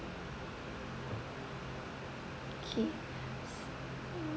okay